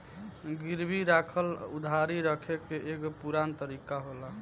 गिरवी राखल उधारी रखे के एगो पुरान तरीका होला